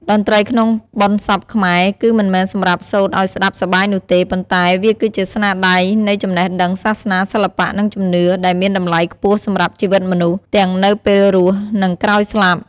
តន្ត្រីក្នុងបុណ្យសពខ្មែរ គឺមិនមែនសម្រាប់សូត្រឲ្យស្ដាប់សប្បាយនោះទេ ប៉ុន្តែវាគឺជាស្នាដៃនៃចំណេះដឹងសាសនា សិល្បៈ និងជំនឿ ដែលមានតម្លៃខ្ពស់សម្រាប់ជីវិតមនុស្ស ទាំងនៅពេលរស់ និងក្រោយស្លាប់។